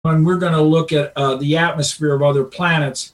ואנחנו הולכים לבדוק את האטמוספרה בפלנטות אחרות